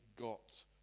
got